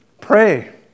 Pray